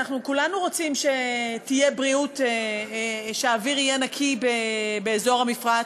אנחנו כולנו רוצים שהאוויר יהיה נקי באזור המפרץ.